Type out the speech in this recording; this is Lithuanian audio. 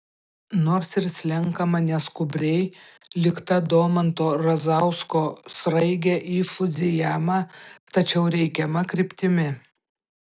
nors ir slenkama neskubriai lyg ta domanto razausko sraigė į fudzijamą tačiau reikiama kryptimi